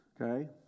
okay